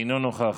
אינו נוכח,